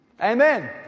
Amen